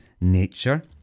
nature